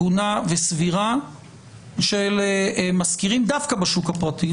הגונה וסבירה של משכירים דווקא בשוק הפרטי,